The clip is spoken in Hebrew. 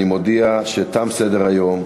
אני מודיע שתם סדר-היום.